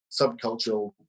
subcultural